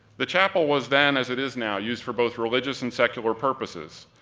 the chapel was then, as it is now, used for both religious and secular purposes.